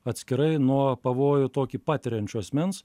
atskirai nuo pavojų tokį patiriančio asmens